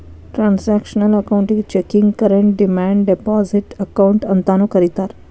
transactional ಅಕೌಂಟಿಗಿ checking current demand deposit account ಅಂತಾನೂ ಕರಿತಾರಾ